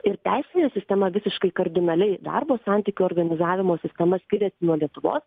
ir teisinė sistema visiškai kardinaliai darbo santykių organizavimo sistema skiriasi nuo lietuvos